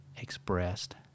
expressed